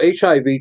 HIV